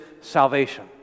salvation